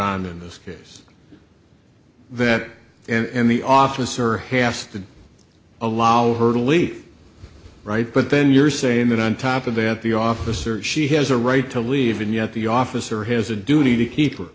bond in this case that and the officer has to allow her to leave right but then you're saying that on top of that the officer she has a right to leave and yet the officer has a duty to keep